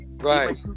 Right